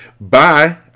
Bye